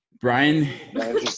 Brian